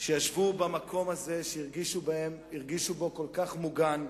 שישבו במקום הזה, שהרגישו בו כל כך מוגנים,